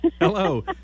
Hello